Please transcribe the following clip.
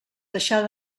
deixar